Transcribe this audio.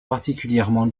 particulièrement